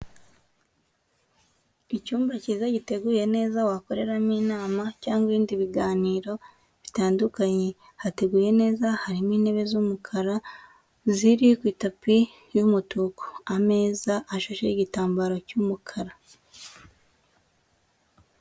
Icyumba cyiza giteguye neza wakoreramo inama cyangwa ibindi biganiro bitandukanye. Hateguye neza, harimo intebe z'umukara ziri ku itapi y'umutuku. Ameza ashasheho igitambaro cy'umukara.